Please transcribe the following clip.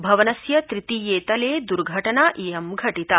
भवनस्य तृतीये तले द्र्घटना इयम् घटिता